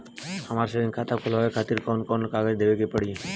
हमार सेविंग खाता खोलवावे खातिर कौन कौन कागज देवे के पड़ी?